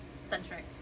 centric